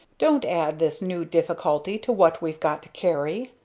don't add this new difficulty to what we've got to carry!